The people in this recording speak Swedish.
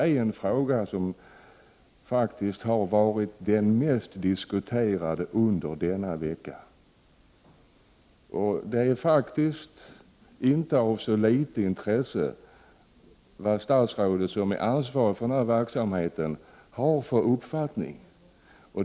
Denna fråga har faktiskt varit den mest diskuterade under denna vecka, och det är faktiskt av inte så litet intresse vad statsrådet, som är ansvarig för verksamheten, har för uppfattning.